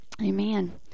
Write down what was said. Amen